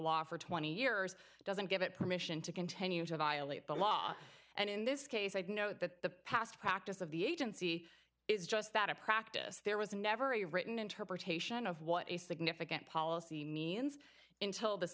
law for twenty years doesn't give it permission to continue to violate the law and in this case i'd note that the past practice of the agency is just that a practice there was never a written interpretation of what a significant policy means intl this